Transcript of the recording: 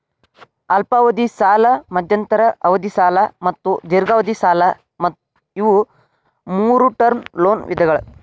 ಅಲ್ಪಾವಧಿ ಸಾಲ ಮಧ್ಯಂತರ ಅವಧಿ ಸಾಲ ಮತ್ತು ದೇರ್ಘಾವಧಿ ಸಾಲ ಇವು ಮೂರೂ ಟರ್ಮ್ ಲೋನ್ ವಿಧಗಳ